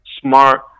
smart